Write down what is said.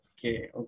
Okay